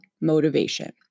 motivation